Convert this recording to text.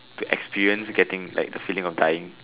to experience getting like the feeling of dying